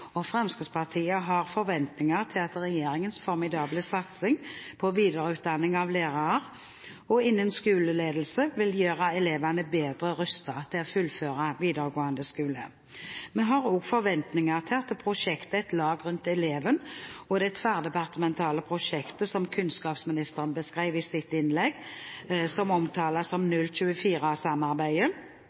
og Fremskrittspartiet har forventninger til at regjeringens formidable satsing på videreutdanning av lærere og innen skoleledelse vil gjøre elevene bedre rustet til å fullføre videregående skole. Vi har også forventninger til at prosjektet «Et lag rundt eleven» og det tverrdepartementale prosjektet som kunnskapsministeren beskrev i sitt innlegg, som omtales som